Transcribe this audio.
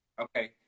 okay